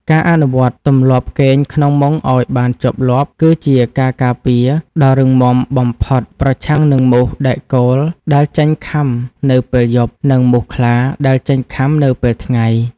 ការអនុវត្តទម្លាប់គេងក្នុងមុងឱ្យបានជាប់លាប់ គឺជាការការពារដ៏រឹងមាំបំផុតប្រឆាំងនឹងមូសដែកគោលដែលចេញខាំនៅពេលយប់ និងមូសខ្លាដែលចេញខាំនៅពេលថ្ងៃ។